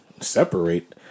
separate